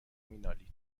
مینالید